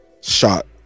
shot